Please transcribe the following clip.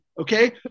Okay